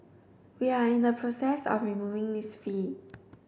we are in the process of removing this fee